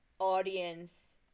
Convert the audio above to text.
Audience